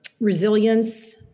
resilience